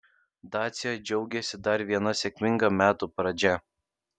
dacia džiaugiasi dar viena sėkminga metų pradžia